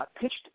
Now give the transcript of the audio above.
pitched